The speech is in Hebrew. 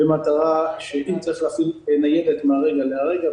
במטרה שאם צריך להפעיל ניידת מן הרגע להרגע,